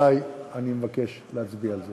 רבותי, אני מבקש להצביע על זה.